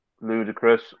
ludicrous